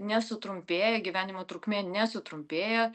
nesutrumpėja gyvenimo trukmė nesutrumpėja